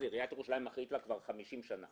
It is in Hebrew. עיריית ירושלים אחראית לו כבר חמישים שנים